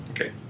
okay